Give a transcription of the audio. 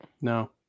No